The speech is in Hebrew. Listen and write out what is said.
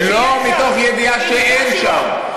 לא, מתוך ידיעה שאין שם.